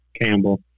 Campbell